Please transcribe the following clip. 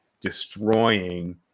destroying